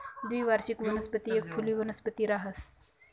द्विवार्षिक वनस्पती एक फुली वनस्पती रहास